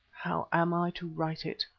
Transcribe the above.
how am i to write it?